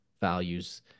values